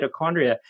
mitochondria